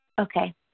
Okay